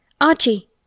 Archie